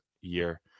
year